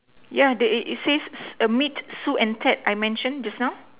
yeah they it it says err meet Su and Ted I mention just now